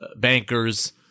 bankers